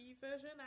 version